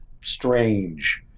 strange